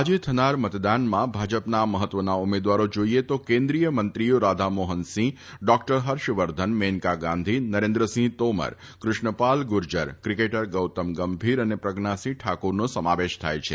આજે થનારા મતદાનમાં ભાજપના મહત્વના ઉમેદવારો જોઈએ તો કેન્દ્રીય મંત્રીઓ રાધામોહન સિંઘ ડોકટર હર્ષવર્ધન મેનકા ગાંધી નરેન્દ્રસિંહ તોમર કૃષ્ણ પાલ ગુર્જર ક્રિકેટર ગોતમ ગંભીર અને પ્રજ્ઞાસિંહ ઠાકુરનો સમાવેશ થાય છે